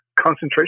concentration